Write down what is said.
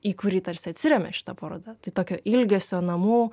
į kurį tarsi atsiremia šita paroda tai tokio ilgesio namų